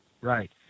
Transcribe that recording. Right